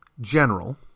general